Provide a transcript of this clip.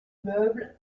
meubles